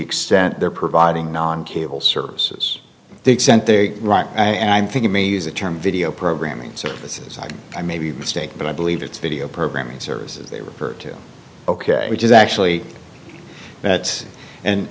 extent they're providing non cable services the extent they're right and i'm thinking may use the term video programming services like i may be mistaken but i believe it's video programming services they refer to ok which is actually